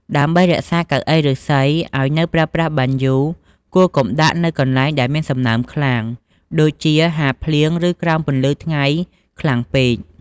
ដើម្បីរក្សាកៅអីឫស្សីឲ្យនៅប្រើបានយូរ គួរកុំដាក់នៅកន្លែងដែលមានសំណើមខ្លាំង ដូចជាហាលភ្លៀង ឬក្រោមពន្លឺថ្ងៃខ្លាំងពេក។